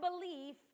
belief